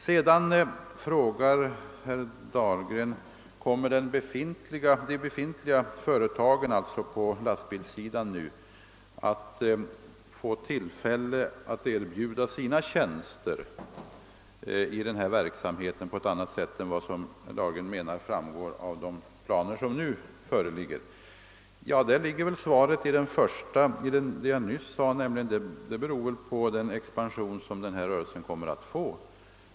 Vidare frågar herr Dahlgren om de befintliga företagen på lastbilssidan kommer att få tillfälle att erbjuda sina tjänster i denna verksamhet på ett annat sätt än vad som enligt hans mening framgår av de planer som nu föreligger. Svaret ligger väl i vad jag nyss framhöll: Det beror på den expansion som rörelsen kommer att få.